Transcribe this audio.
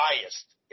biased